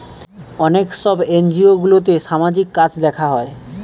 অনেক সব এনজিওগুলোতে সামাজিক কাজ দেখা হয়